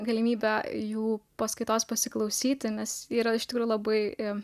galimybę jų paskaitos pasiklausyti nes yra iš tikro labai